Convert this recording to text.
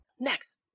next